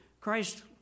Christ